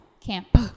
Camp